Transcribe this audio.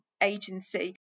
agency